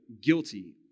guilty